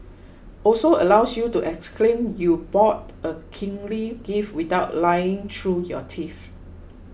also allows you to exclaim you bought a kingly gift without lying through your teeth